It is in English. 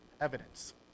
evidence